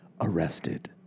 arrested